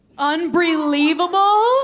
Unbelievable